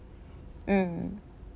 mm